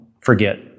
forget